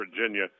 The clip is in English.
Virginia